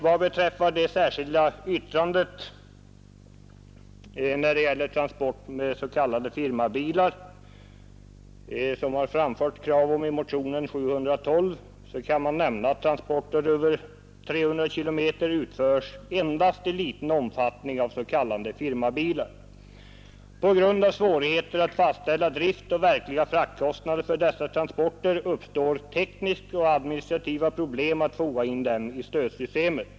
Vad beträffar det särskilda yttrandet rörande fraktstöd till transporter med s.k. firmabilar, varom krav framförts i motionen 199, kan man nämna att transporter över 300 km utförs endast i liten omfattning av s.k. firmabilar. På grund av svårigheter att fastställa driftoch vanliga fraktkostnader för dessa transporter uppstår tekniska och administrativa problem att foga in dem i stödsystemet.